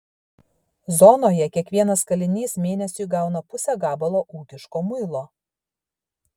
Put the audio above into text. zonoje kiekvienas kalinys mėnesiui gauna pusę gabalo ūkiško muilo